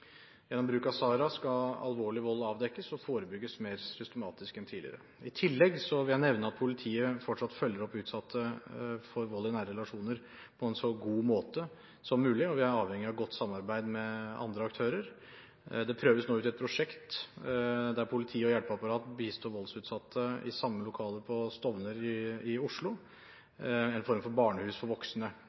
Gjennom bruk av SARA skal alvorlig vold avdekkes og forebygges mer systematisk enn tidligere. I tillegg vil jeg nevne at politiet fortsatt følger opp utsatte for vold i nære relasjoner på en så god måte som mulig. Vi er avhengig av godt samarbeid med andre aktører. Det prøves nå ut et prosjekt der politiet og hjelpeapparatet bistår voldsutsatte i samme lokale på Stovner i Oslo – en form for barnehus for voksne